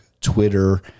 Twitter